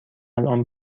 الان